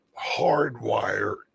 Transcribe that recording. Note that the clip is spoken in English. hardwire